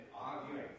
arguing